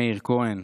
למאיר כהן,